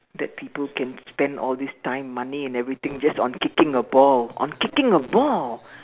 that people can spend all this time money and everything just on kicking a ball on kicking a ball